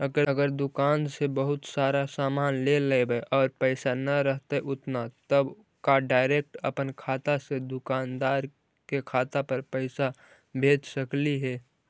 अगर दुकान से बहुत सारा सामान ले लेबै और पैसा न रहतै उतना तब का डैरेकट अपन खाता से दुकानदार के खाता पर पैसा भेज सकली हे?